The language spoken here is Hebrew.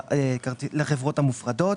לחברות המופרדות.